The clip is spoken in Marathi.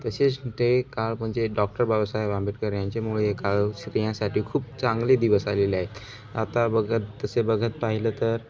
तसेच ते काळ म्हणजे डॉक्टर बाबासाहेब आंबेडकर यांच्यामुळे हे काळ स्त्रियांसाठी खूप चांगले दिवस आलेले आहेत आता बघत तसे बघत पाहिलं तर